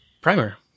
Primer